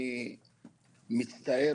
אני שוב מצטער